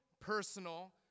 personal